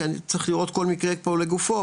צריך לראות כל מקרה פה לגופו,